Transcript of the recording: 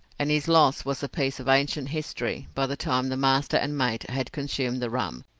and his loss was a piece of ancient history by the time the master and mate had consumed the rum,